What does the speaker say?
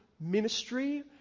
ministry